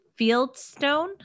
Fieldstone